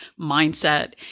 mindset